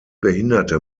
behinderte